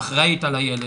אחראית על הילד.